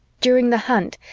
during the hunt,